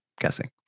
guessing